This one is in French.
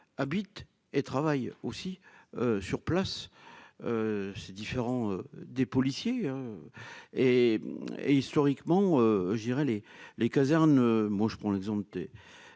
habitent et travaillent aussi sur place, c'est différent, des policiers et et historiquement, je dirais les les casernes, moi je prends l'exemple de